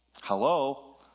Hello